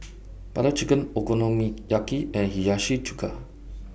Butter Chicken Okonomiyaki and Hiyashi Chuka